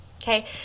Okay